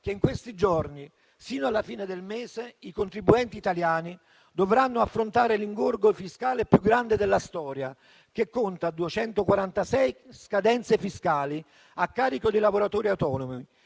che in questi giorni, fino alla fine del mese, i contribuenti italiani dovranno affrontare l'ingorgo fiscale più grande della storia, che conta 246 scadenze fiscali a carico dei lavoratori autonomi